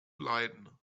leiden